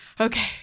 okay